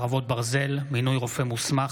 חרבות ברזל) (מינוי רופא מוסמך),